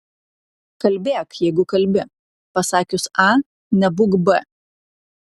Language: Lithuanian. kalbėk jeigu kalbi pasakius a nebūk b